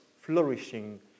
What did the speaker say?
flourishing